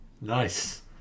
Nice